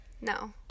No